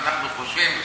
אנחנו חושבים: